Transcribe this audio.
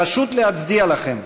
פשוט להצדיע לכם,